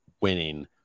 winning